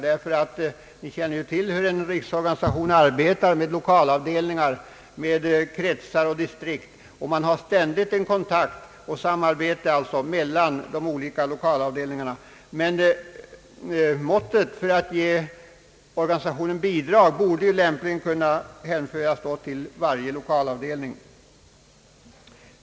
Som bekant arbetar ju en riksorganisation med lokalavdelningar, med kretsar och distrikt. Det förekommer ständig kontakt och samarbete mellan de olika lokalavdelningarna. Men det mått efter vilket organisationen skall få bidrag borde lämpligen stå i relation till varje lokalavdelning.